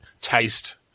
taste-